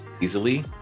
easily